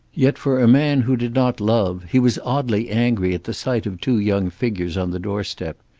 yet, for a man who did not love, he was oddly angry at the sight of two young figures on the doorstep.